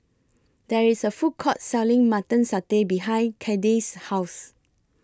There IS A Food Court Selling Mutton Satay behind Kade's House